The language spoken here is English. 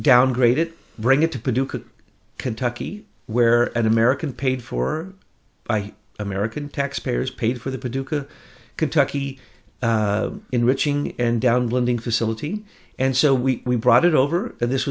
downgraded bring it to paducah kentucky where an american paid for by american taxpayers paid for the paducah kentucky enriching and down lending facility and so we brought it over and this